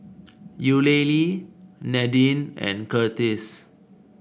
Eulalie Nadine and Curtis